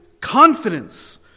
confidence